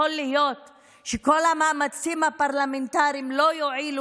יכול להיות שכל המאמצים הפרלמנטריים לא יועילו,